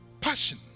Passion